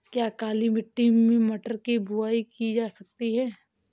क्या काली मिट्टी में मटर की बुआई की जा सकती है?